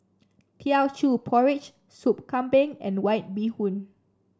Teochew Porridge Soup Kambing and White Bee Hoon